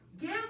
give